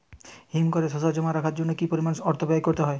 হিমঘরে শসা জমা রাখার জন্য কি পরিমাণ অর্থ ব্যয় করতে হয়?